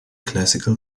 classical